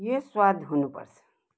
यो स्वाद हुनुपर्छ